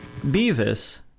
Beavis